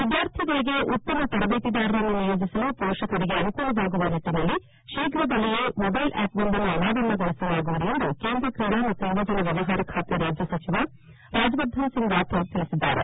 ವಿದ್ಯಾರ್ಥಿಗಳಿಗೆ ಉತ್ತಮ ತರಬೇತಿದಾರರನ್ನು ನಿಯೋಜಿಸಲು ಪೋಷಕರಿಗೆ ಅನುಕೂಲವಾಗುವ ನಿಟ್ಟಿನಲ್ಲಿ ಶೀಘ್ರದಲ್ಲಿಯೇ ಮೊಬೈಲ್ ಆಪ್ವೊಂದನ್ನು ಅನಾವರಣಗೊಳಿಸಲಾಗುವುದು ಎಂದು ಕೇಂದ್ರ ಕ್ರೀಡಾ ಮತ್ತು ಯುವಜನ ವ್ಯವಹಾರ ಖಾತೆ ರಾಜ್ಯ ಸಚಿವ ರಾಜವರ್ಧನ್ ಸಿಂಗ್ ರಾಥೋರ್ ತಿಳಿಸಿದ್ದಾರೆ